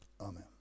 Amen